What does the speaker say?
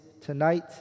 Tonight